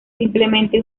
simplemente